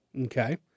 Okay